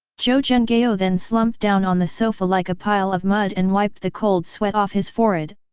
zhou zhenghao then slumped down on the sofa like a pile of mud and wiped the cold sweat off his forehead,